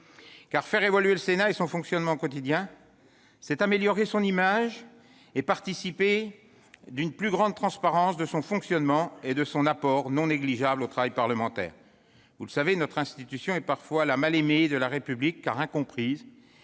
Faire évoluer le Sénat et son fonctionnement au quotidien, c'est améliorer son image et participer d'une plus grande transparence de son fonctionnement et de son apport non négligeable au travail parlementaire. Vous le savez, notre institution est parfois la mal-aimée de la République, car incomprise,